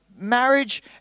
marriage